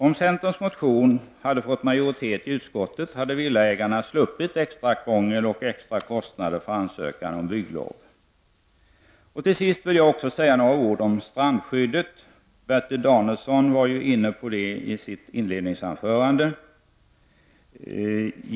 Om centerns motion hade fått majoritet i utskottet hade villaägarna sluppit extra krångel och extra kostnader för ansökan om bygglov. Till sist vill jag säga några ord om strandskyddet. Bertil Danielsson var inne på det i sitt inledningsanförande.